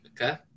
Okay